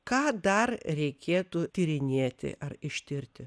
ką dar reikėtų tyrinėti ar ištirti